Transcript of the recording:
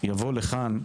יבוא לכאן,